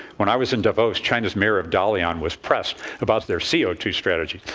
when i was in davos, china's mayor of dalian was pressed about their c o two strategy,